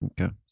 Okay